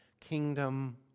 kingdom